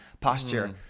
posture